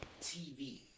TV